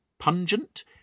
Pungent